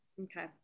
Okay